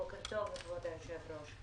בוקר טוב, כבוד היושב-ראש.